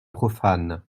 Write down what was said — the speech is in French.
profanes